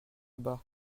bas